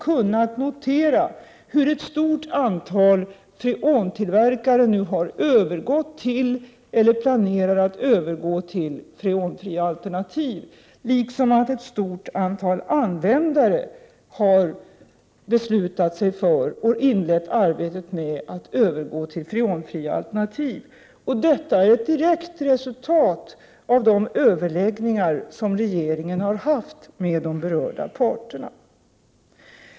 kunnat notera att ett stort antal freontillverkare nu har övergått till eller planerar att övergå till freonfria alternativ, liksom att ett stort antal användare har beslutat sig för och inlett arbetet med att övergå till freonfria alternativ. Detta är ett direkt resultat av de överläggningar som regeringen har haft med de berörda parterna.